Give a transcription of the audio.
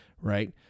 Right